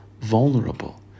vulnerable